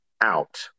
out